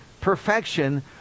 perfection